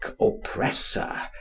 oppressor